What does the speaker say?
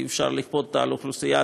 אי-אפשר לכפות אותה על האוכלוסייה,